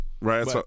right